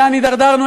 לאן התדרדרנו?